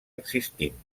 existint